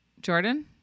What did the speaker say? Jordan